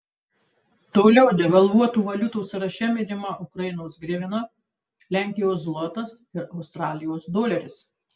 toliau devalvuotų valiutų sąraše minima ukrainos grivina lenkijos zlotas ir australijos doleris